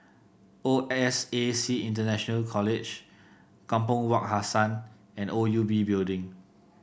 O S A C International College Kampong Wak Hassan and O U B Building